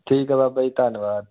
ਠੀਕ ਆ ਬਾਬਾ ਜੀ ਧੰਨਵਾਦ